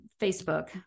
Facebook